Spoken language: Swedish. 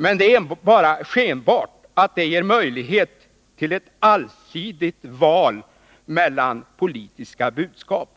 Men det är bara skenbart att detta ger möjlighet till ett allsidigt val mellan politiska budskap.